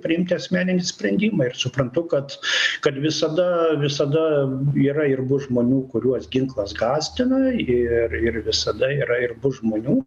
priimti asmeninį sprendimą ir suprantu kad kad visada visada yra ir bus žmonių kuriuos ginklas gąsdina ir ir visada yra ir bus žmonių